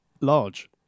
Large